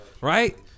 right